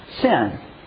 sin